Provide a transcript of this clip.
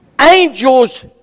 angels